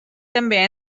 també